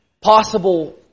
possible